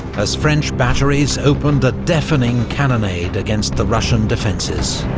as french batteries opened a deafening cannonade against the russian defences.